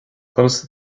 conas